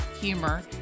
humor